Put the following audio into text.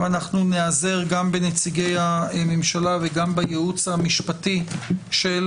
אנחנו ניעזר גם בנציגי הממשלה וגם בייעוץ המשפטי של